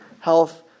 health